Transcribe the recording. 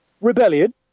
Rebellion